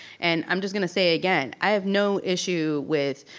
and i'm just gonna say again, i have no issue with